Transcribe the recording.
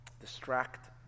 distract